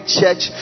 Church